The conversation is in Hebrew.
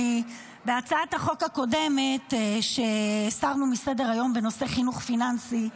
כי בהצעת החוק הקודמת שהסרנו מסדר-היום בנושא חינוך פיננסי,